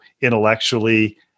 intellectually